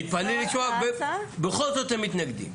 תתפלאי לשמוע, בכל זאת הם מתנגדים.